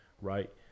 right